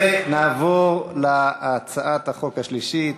ונעבור להצעת החוק השלישית,